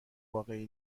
واقعی